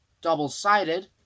double-sided